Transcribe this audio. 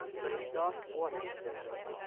but exhaust water reserves.